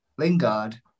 Lingard